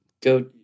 Go